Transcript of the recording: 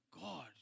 God